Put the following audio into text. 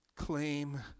claim